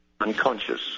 unconscious